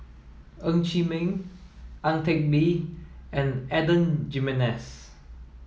Ng Chee Meng Ang Teck Bee and Adan Jimenez